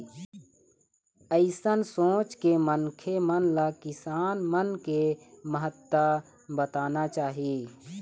अइसन सोच के मनखे मन ल किसान मन के महत्ता बताना चाही